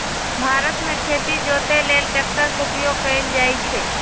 भारत मे खेती जोते लेल ट्रैक्टर के उपयोग कएल जाइ छइ